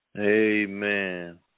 Amen